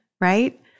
Right